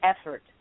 effort